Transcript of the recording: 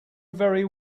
very